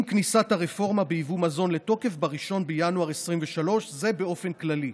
עם כניסת הרפורמה ביבוא מזון לתוקף ב-1 בינואר 2023. זה באופן כללי.